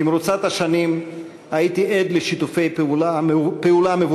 במרוצת השנים הייתי עד לשיתופי פעולה מבורכים